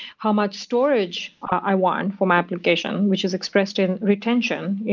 how much storage i want for my application, which is expressed in retention,